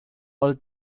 all